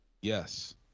Yes